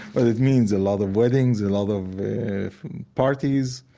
but it means a lot of weddings, a lot of parties.